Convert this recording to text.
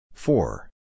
Four